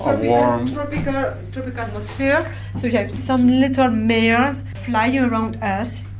a warm tropical atmosphere, so have some little males flying around us.